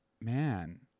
man